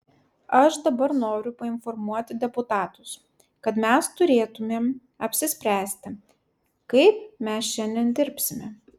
aš dabar noriu painformuoti deputatus kad mes turėtumėm apsispręsti kaip mes šiandien dirbsime